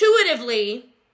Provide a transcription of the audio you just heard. intuitively